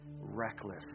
reckless